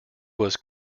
was